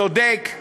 צודק,